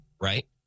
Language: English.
Right